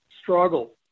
struggle